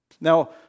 Now